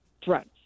drugs